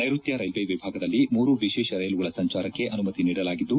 ನೈರುತ್ತ ರೈಲ್ವೆ ವಿಭಾಗದಲ್ಲಿ ಮೂರು ವಿಶೇಷ ರೈಲುಗಳ ಸಂಚಾರಕ್ಕೆ ಅನುಮತಿ ನೀಡಲಾಗಿದ್ದು